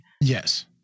Yes